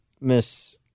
Miss